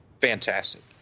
Fantastic